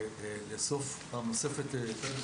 ולאסוף פעם נוספת - הנה,